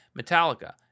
Metallica